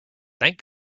thank